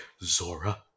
Zora